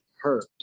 hurt